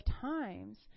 times